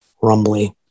rumbly